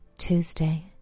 Tuesday